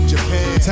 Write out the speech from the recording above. Japan